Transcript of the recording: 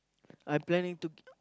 I planning to